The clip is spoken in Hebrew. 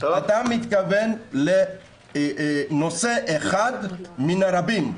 אתה מתכוון לנושא אחד מיני רבים.